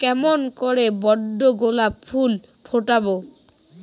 কেমন করে বড় গোলাপ ফুল ফোটাব?